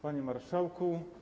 Panie Marszałku!